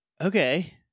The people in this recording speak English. Okay